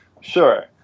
Sure